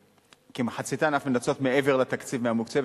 כמחציתן אף מנצלות מעבר לתקציב המוקצה,